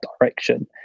direction